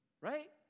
right